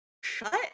shut